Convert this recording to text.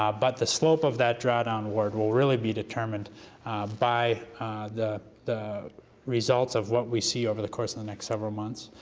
um but the slope of that draw down will really be determined by the the results of what we see over the course of the next several months,